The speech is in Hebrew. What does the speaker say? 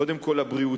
קודם כול הבריאותיים,